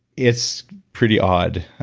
it's pretty odd.